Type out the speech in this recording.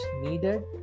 needed